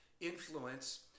influence